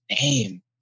name